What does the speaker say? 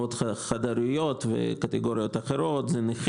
אימהות חד הוריות, נכים.